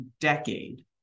decade